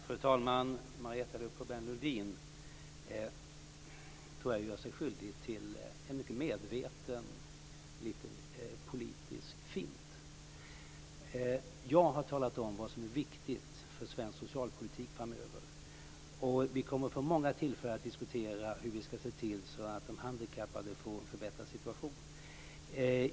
Fru talman! Jag tror att Marietta de Pourbaix Lundin gör sig skyldig till en mycket medveten liten politisk fint. Jag har talat om vad som är viktigt för svensk socialpolitik framöver. Vi kommer att få många tillfällen att diskutera hur vi skall se till att de handikappade får en förbättrad situation.